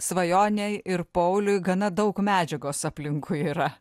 svajonei ir pauliui gana daug medžiagos aplinkui yra